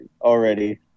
already